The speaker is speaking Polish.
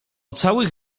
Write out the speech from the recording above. całych